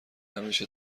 همیشه